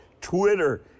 Twitter